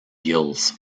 gills